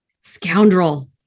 Scoundrel